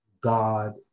God